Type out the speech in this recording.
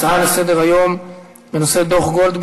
הצעות לסדר-היום מס' 1122 ו-1172 בנושא: דוח גולדברג,